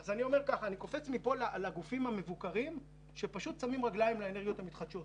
מפה אני עובר לגופים המבוקרים שפשוט שמים רגליים לאנרגיות המתחדשות.